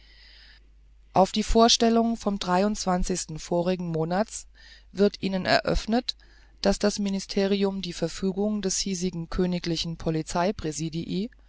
auf die vorstellung vom sten monats wird ihnen eröffnet daß das ministerium die verfügung des hiesigen königlichen polizei präsidii